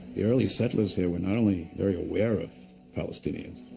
the early settlers here were not only very aware of palestinians,